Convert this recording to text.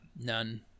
None